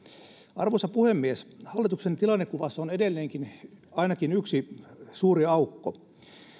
arvoisa puhemies hallituksen tilannekuvassa on edelleenkin ainakin yksi suuri aukko